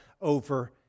over